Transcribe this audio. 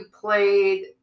played